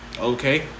Okay